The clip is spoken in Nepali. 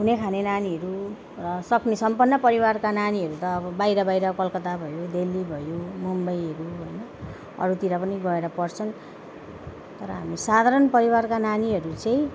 हुनेखाने नानीहरू र सक्ने सम्पन्न परिवारका नानीहरू त अब बाहिर बाहिर कलकत्ता भयो दिल्ली भयो मुम्बईहरू अरूतिर पनि गएर पढ्छन् र हामी साधारण परिवारका नानीहरू चाहिँ